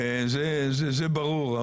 זה ברור,